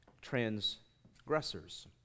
transgressors